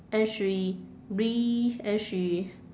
and she breathe and she